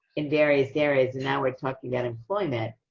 in various areas, and now we're talking about employment,